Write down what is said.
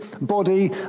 body